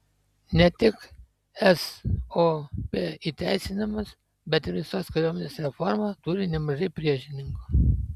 ne tik sop įteisinimas bet ir visos kariuomenės reforma turi nemažai priešininkų